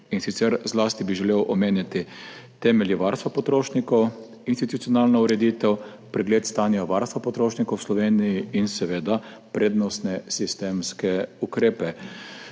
in sicer bi želel omeniti zlasti temelje varstva potrošnikov, institucionalno ureditev, pregled stanja varstva potrošnikov v Sloveniji in seveda prednostne sistemske ukrepe.